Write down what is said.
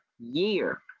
year